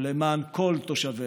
ולמען כל תושביה.